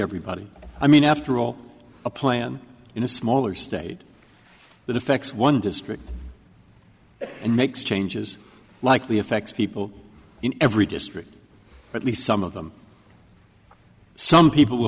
everybody i mean after all a plan in a smaller state that effects one district and makes changes likely affects people in every district at least some of them some people will